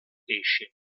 pesce